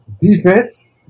Defense